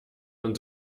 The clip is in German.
man